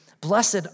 Blessed